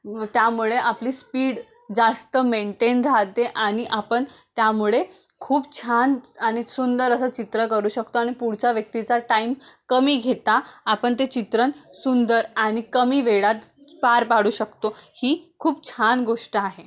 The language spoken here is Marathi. त्यामुळे आपली स्पीड जास्त मेंटेन राहतेे आणि आपण त्यामुळे खूप छान आणि सुंदर असं चित्र करू शकतो आणि पुढच्या व्यक्तीचा टाईम कमी घेता आपण ते चित्रण सुंदर आणि कमी वेळात पार पाडू शकतो ही खूप छान गोष्ट आहे